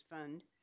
Fund